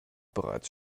bereits